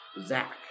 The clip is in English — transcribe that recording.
Zach